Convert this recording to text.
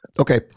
Okay